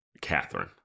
Catherine